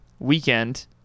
weekend